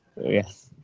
yes